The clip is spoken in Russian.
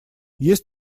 есть